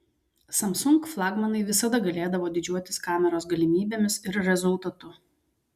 samsung flagmanai visada galėdavo didžiuotis kameros galimybėmis ir rezultatu